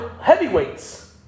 heavyweights